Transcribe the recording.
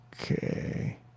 Okay